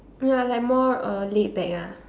ya like more uh laidback ah